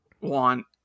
want